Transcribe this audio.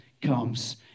comes